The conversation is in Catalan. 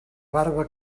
barba